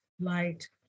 Light